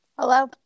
Hello